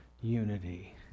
unity